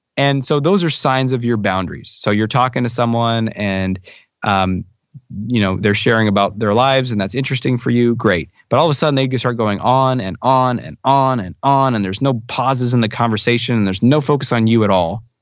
and so those are signs of your boundaries. so you're talking to someone and um you know they're sharing about their lives and that's interesting for you. great. but all of a sudden they start going on and on and on and on and there is no pauses in the conversation. and there is no focus on you at all.